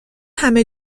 همه